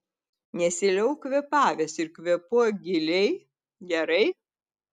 nesiliauk kvėpavęs ir kvėpuok giliai gerai